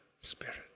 spirit